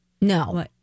No